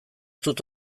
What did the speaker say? dut